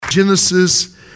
Genesis